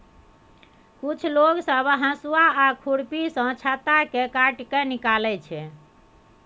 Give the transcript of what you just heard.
कुछ लोग सब हसुआ आ खुरपी सँ छत्ता केँ काटि केँ निकालै छै